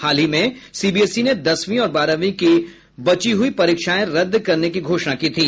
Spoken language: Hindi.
हाल ही में सीबीएसई ने दसवीं और बारहवीं की परीक्षाएं रद्द करने की घोषणा की थी